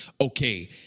okay